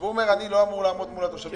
הוא אומר: אני לא אמור לעמוד מול התושבים.